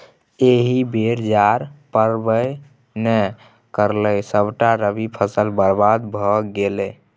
एहि बेर जाड़ पड़बै नै करलै सभटा रबी फसल बरबाद भए गेलै